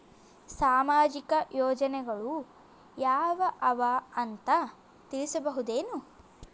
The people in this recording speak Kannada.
ಸಾಮಾಜಿಕ ಯೋಜನೆಗಳು ಯಾವ ಅವ ಅಂತ ತಿಳಸಬಹುದೇನು?